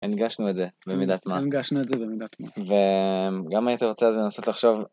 הנגשנו את זה במידת מה גם היית רוצה לנסות לחשוב.